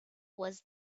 was